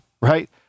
right